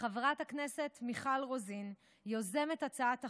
חברת הכנסת מיכל רוזין, יוזמת הצעת החוק.